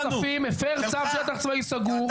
הפר צו שטח צבאי סגור,